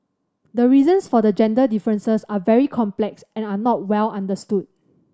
the reasons for the gender differences are very complex and are not well understood